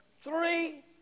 three